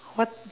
what